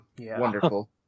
Wonderful